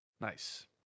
Nice